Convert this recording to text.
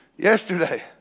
Yesterday